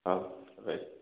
ହଉ ରହିଲି